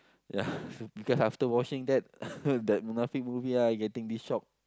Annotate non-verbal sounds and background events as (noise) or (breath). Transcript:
ya (breath) because after watching that (breath) that Munafik movie ah I getting this shock